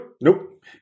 Nope